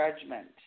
judgment